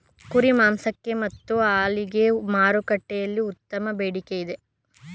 ಕುರಿ ಮಾಂಸಕ್ಕೆ ಮತ್ತು ಹಾಲಿಗೆ ಮಾರುಕಟ್ಟೆಯಲ್ಲಿ ಉತ್ತಮ ಬೇಡಿಕೆ ಇದೆ